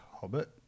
hobbit